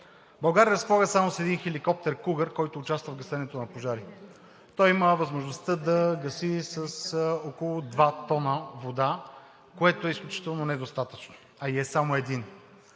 България разполага само с един хеликоптер „Кугър“, който участва в гасенето на пожари. Той има възможност да гаси с около 2 тона вода, което е изключително недостатъчно, а е и само един.